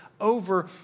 over